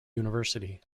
university